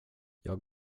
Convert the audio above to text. jag